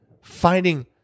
finding